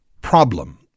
problem